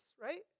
right